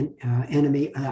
enemy